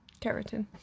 keratin